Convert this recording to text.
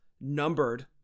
numbered